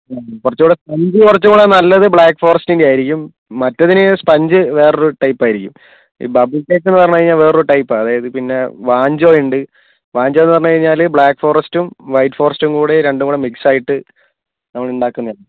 അ കുറച്ചും കൂടെ സ്പഞ്ച് കുറച്ചും കൂടെ നല്ലത് ബ്ലാക്ക് ഫോറെസ്റ്റിന്റെ ആയിരിക്കും മറ്റേതിന് സ്പഞ്ച് വേറൊരു ടൈപ്പ് ആയിരിക്കും ഈ ബബിൾ കേക്ക് പറഞ്ഞുകഴിഞ്ഞാൽ വേറൊരു ടൈപ്പാണ് അതായത് പിന്നെ വാൻചോ ഉണ്ട് വാൻചോ എന്ന് പറഞ്ഞു കഴിഞ്ഞാല് ബ്ലാക്ക് ഫോറെസ്റ്റും വൈറ്റ് ഫോറെസ്റ്റും കൂടെ രണ്ടുംകൂടെ മിക്സ് ആയിട്ട് നമ്മൾ ഉണ്ടാക്കുന്നത് ആണ്